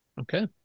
Okay